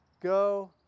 go